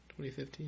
2015